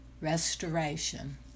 Restoration